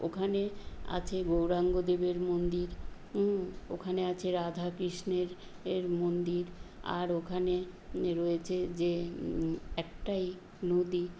ওখানে আছে গৌরাঙ্গ দেবের মন্দির ওখানে আছে রাধা কৃষ্ণের এর মন্দির আর ওখানে রয়েছে যে একটাই নদী